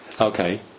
Okay